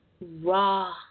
raw